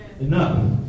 enough